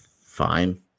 fine